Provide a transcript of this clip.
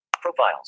Profiles